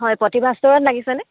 হয় প্ৰতিভা ষ্টৰত লাগিছেনে